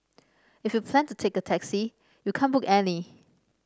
if you plan to take a taxi you can't book any